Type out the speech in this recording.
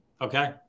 Okay